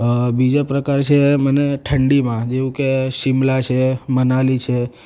અ બીજો પ્રકાર છે મને ઠંડીમાં જેવું કે શિમલા છે મનાલી છે